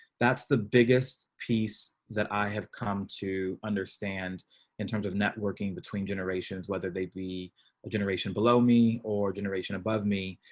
that's the biggest piece that i have come to understand in terms of networking between generations, whether they be a generation below me or generation above me,